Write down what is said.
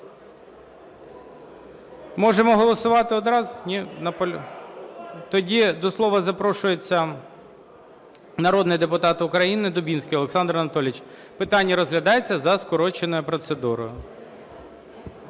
Можемо голосувати одразу? Тоді до слова запрошується народний депутат України Дубінський Олександр Анатолійович. Питання розглядається за скороченою процедурою.